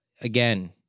Again